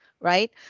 right